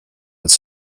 with